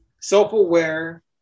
Self-aware